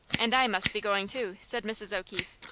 and i must be goin', too, said mrs. o'keefe.